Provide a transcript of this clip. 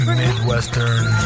midwestern